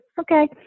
okay